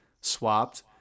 swapped